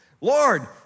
Lord